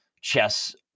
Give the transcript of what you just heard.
chess